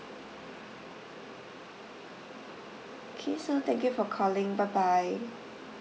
K so thank you for calling bye bye